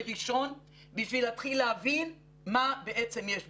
ראשון בשביל להתחיל להבין מה בעצם יש בו.